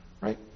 right